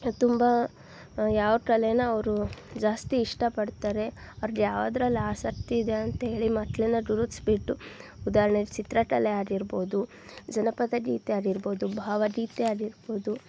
ತುಂಬ ಯಾವ ಕಲೆನ ಅವರು ಜಾಸ್ತಿ ಇಷ್ಟಪಡ್ತಾರೆ ಅವ್ರ್ಗೆ ಯಾವ್ದ್ರಲ್ಲಿ ಆಸಕ್ತಿ ಇದೆ ಅಂತೇಳಿ ಮಕ್ಕಳನ್ನ ಗುರುತಿಸ್ಬಿಟ್ಟು ಉದಾರ್ಣೆಗೆ ಚಿತ್ರಕಲೆ ಆಗಿರ್ಬೋದು ಜನಪದ ಗೀತೆ ಆಗಿರ್ಬೋದು ಭಾವಗೀತೆ ಆಗಿರ್ಬೋದು